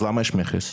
אז למה יש מכס?